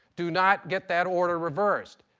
do not get that order reversed.